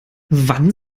wann